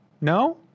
No